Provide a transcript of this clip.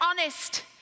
honest